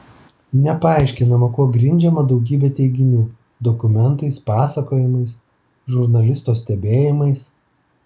nepaaiškinama kuo grindžiama gausybė teiginių dokumentais pasakojimais žurnalisto stebėjimais